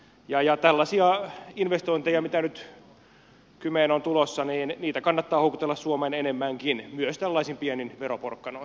tällaisia investointeja mitä nyt kymiin on tulossa kannattaa houkutella suomeen enemmänkin myös tällaisin pienin veroporkkanoin